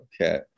okay